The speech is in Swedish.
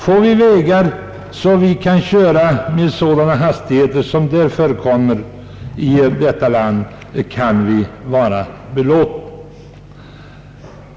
Får vi sådana vägar, att vi kan köra med samma hastigheter som förekommer där, kan vi vara belåtna.